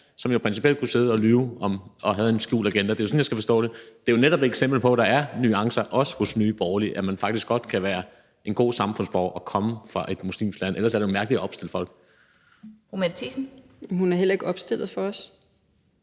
som jo principielt kunne sidde og lyve og have en skjult agenda. Det er jo sådan, jeg skal forstå det. Det er jo netop et eksempel på, at der er nuancer, også hos Nye Borgerlige, og at man faktisk godt kan være en god samfundsborger og komme fra et muslimsk land. Ellers er det jo mærkeligt at opstille folk. Kl. 20:15 Den fg. formand